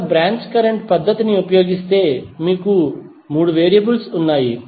ఇక్కడ branch current పద్ధతిని ఉపయోగిస్తే మీకు 3 వేరియబుల్స్ ఉన్నాయి